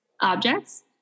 objects